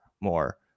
more